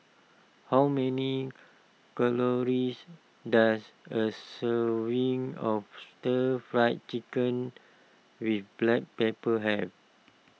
how many calories does a serving of Stir Fry Chicken with Black Pepper have